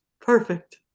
perfect